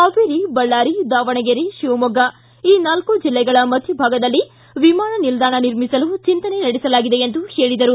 ಹಾವೇರಿ ಬಳ್ಳಾರಿ ದಾವಣಗೆರೆ ಶಿವಮೊಗ್ಗ ಈ ನಾಲ್ಕೂ ಜಿಲ್ಲೆಗಳ ಮಧ್ಯಭಾಗದಲ್ಲಿ ವಿಮಾನ ನಿಲ್ದಾಣ ನಿರ್ಮಿಸಲು ಚಿಂತನೆ ನಡೆಸಲಾಗಿದೆ ಎಂದರು